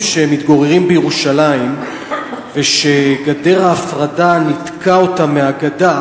המתגוררים בירושלים וגדר ההפרדה ניתקה אותם מהגדה,